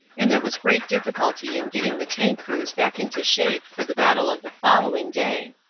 and there was great difficulty in getting the tank crews back into shape for the battle of the following day.